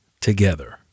together